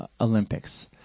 Olympics